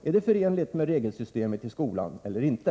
Är det förenligt med regelsystemet i skolan eller inte?